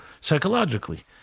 psychologically